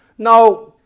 now,